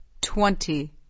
twenty